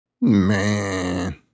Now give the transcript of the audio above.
Man